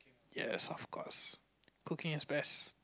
yes of course cooking is best